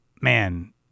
man